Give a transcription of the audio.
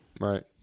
Right